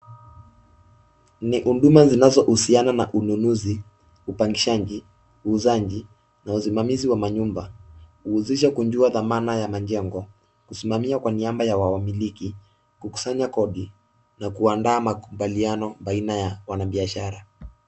Ni huduma zinazohusiana na ununuzi, upangishaji, uuzaji na usimamizi wa manyumba. Huhusisha kujua dhamana ya majengo, kusimamia kwa niaba ya wamiliki, kukusanya kodi na kuandaa makubaliano baina ya wanabiashara.